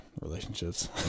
relationships